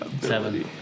Seven